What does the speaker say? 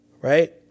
Right